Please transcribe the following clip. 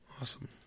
Awesome